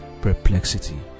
perplexity